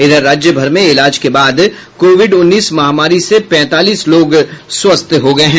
इधर राज्यभर में इलाज के बाद कोविड उन्नीस महामारी से पैंतालीस लोग स्वस्थ हो गये हैं